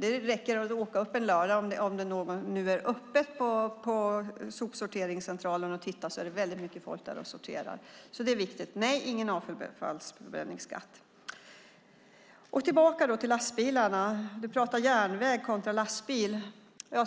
Det räcker att en lördag åka till sopsorteringscentralen, om det är öppet, så ser man att där är mycket folk och sorterar. Nej, ingen avfallsförbränningsskatt. Låt mig gå tillbaka till lastbilarna. Helena Leander talade om järnväg kontra lastbilar. Ja,